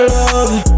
love